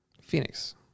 Phoenix